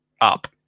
Up